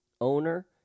owner